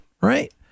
right